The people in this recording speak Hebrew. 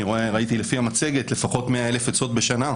ראיתי לפי המצגת, לפחות 100,000 עצות בשנה.